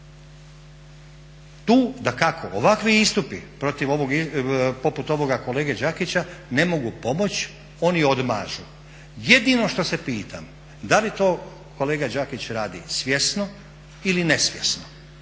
Tu dakako ovakvi istupi poput ovoga kolege Đakića ne mogu pomoć, oni odmažu. Jedino što se pitam, da li to kolega Đakić radi svjesno ili nesvjesno.